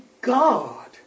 God